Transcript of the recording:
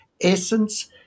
essence